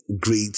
great